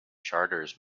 charters